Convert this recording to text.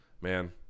Man